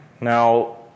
Now